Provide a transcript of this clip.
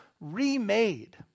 remade